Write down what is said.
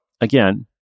again